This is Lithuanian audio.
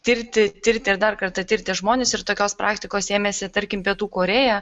tirti tirti ir dar kartą tirti žmones ir tokios praktikos ėmėsi tarkim pietų korėja